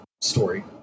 story